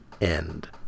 End